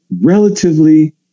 relatively